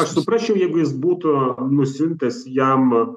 aš suprasčiau jeigu jis būtų nusiuntęs jam